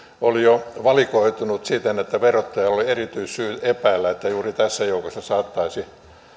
oli jo valikoitunut siten että verottajalla oli erityissyyt epäillä että juuri tässä joukossa saattaisi